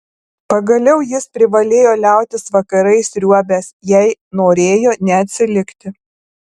pagaliau jis privalėjo liautis vakarais sriuobęs jei norėjo neatsilikti